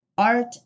Art